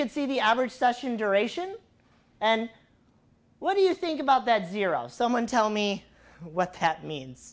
can see the average session duration and what do you think about that zero someone tell me what that means